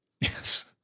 Yes